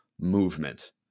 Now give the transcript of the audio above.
movement